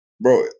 Bro